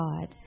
God